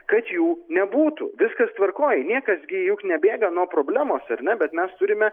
kad jų nebūtų viskas tvarkoj niekas gi juk nebėga nuo problemos ar ne bet mes turime